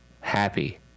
happy